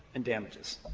and damages.